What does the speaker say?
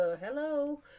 hello